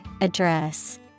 address